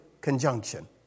conjunction